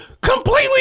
completely